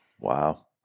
Wow